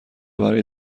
برای